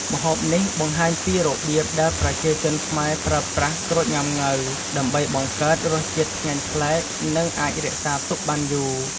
ម្ហូបនេះបង្ហាញពីរបៀបដែលប្រជាជនខ្មែរប្រើប្រាស់ក្រូចងុាំង៉ូវ ដើម្បីបង្កើតរសជាតិឆ្ងាញ់ប្លែក និងអាចរក្សាទុកបានយូរ។